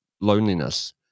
loneliness